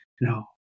No